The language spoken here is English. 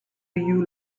you